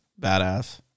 badass